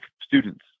students